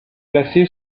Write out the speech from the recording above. placé